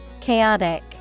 Chaotic